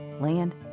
land